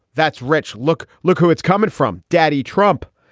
that's rich. look, look who it's coming from. daddy trump.